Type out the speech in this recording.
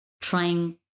trying